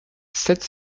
sept